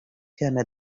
كان